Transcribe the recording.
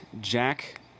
Jack